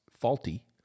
faulty